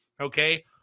okay